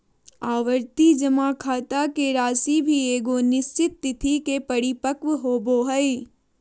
आवर्ती जमा खाता के राशि भी एगो निश्चित तिथि के परिपक्व होबो हइ